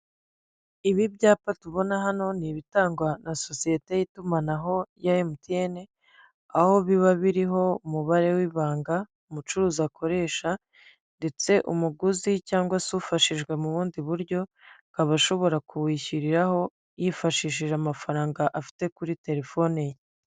Ibi byapa tubona hano ni ibitangwa na sosiyete y'itumanaho ya MTN, aho biba biriho umubare w'ibanga umucuruzi akoresha, ndetse umuguzi cyangwa se ufashijwe mu bundi buryo akaba ashobora kuwishyuriraho yifashishije amafaranga afite kuri telefone ye.